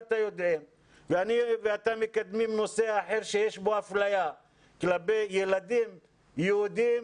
ואני ואתה מקדמים נושא אחר שיש בו אפליה כלפי ילדים יהודים,